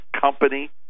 company